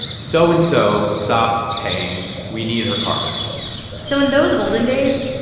so and so stopped paying. we need her car back so in those olden days,